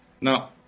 Now